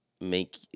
make